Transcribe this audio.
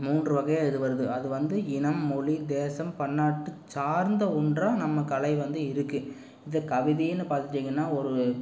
மூன்று வகையாக இது வருது அது வந்து இனம் மொழி தேசம் பன்னாட்டு சார்ந்த ஒன்றா நம்ம கலை வந்து இருக்குது இந்த கவிதைன்னு பார்த்துட்டீங்கன்னா ஒரு